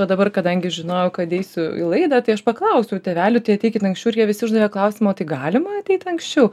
va dabar kadangi žinojau kad eisiu į laidą tai aš paklausiau tėvelių tai ateikit anksčiau ir jie visi uždavė klausimą o tai galima ateit anksčiau